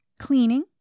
cleaning